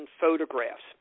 photographs